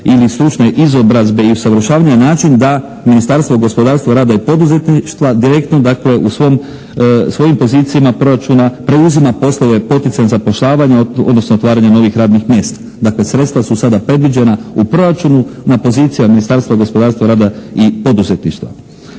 ili stručne izobrazbe i usavršavanja na način da Ministarstvo gospodarstva, rada i poduzetništva direktno dakle u svojim pozicijama proračuna preuzima poslove poticanja zapošljavanja, odnosno otvaranja novih radnih mjesta. Dakle sredstva su sada predviđena u proračunu na poziciji Ministarstva gospodarstva, rada i poduzetništva.